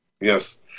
Yes